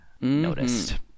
noticed